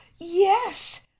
yes